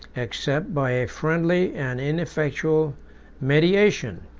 except by a friendly and ineffectual mediation.